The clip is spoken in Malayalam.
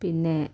പിന്നെ